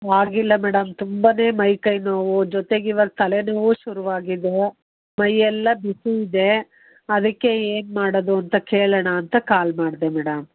ಆಗಿಲ್ಲ ಮೇಡಮ್ ತುಂಬಾ ಮೈಕೈ ನೋವು ಜೊತೆಗೆ ಇವಾಗ ತಲೆನೋವೂ ಶುರು ಆಗಿದೆ ಮೈಯೆಲ್ಲ ಬಿಸಿ ಇದೆ ಅದಕ್ಕೆ ಏನು ಮಾಡೋದು ಅಂತ ಕೇಳೋಣ ಅಂತ ಕಾಲ್ ಮಾಡಿದೆ ಮೇಡಮ್